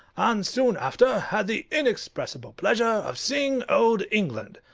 and soon after had the inexpressible pleasure of seeing old england.